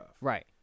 Right